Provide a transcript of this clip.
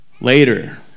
Later